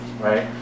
right